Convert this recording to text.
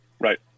Right